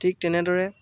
ঠিক তেনেদৰে